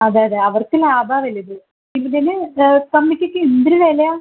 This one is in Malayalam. അതെ അതെ അവർക്ക് ലാഭമാണ് വലുത് കമ്പിക്കൊക്കെ എന്തൊരു വിലയാണ്